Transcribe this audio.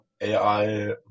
AI